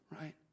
right